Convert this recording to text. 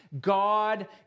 God